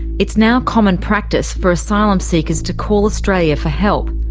it's now common practice for asylum seekers to call australia for help.